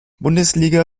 bundesliga